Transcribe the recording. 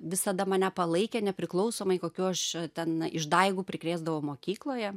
visada mane palaikė nepriklausomai kokių aš ten išdaigų prikrėsdavau mokykloje